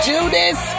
Judas